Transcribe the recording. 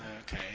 Okay